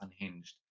unhinged